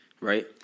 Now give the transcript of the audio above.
right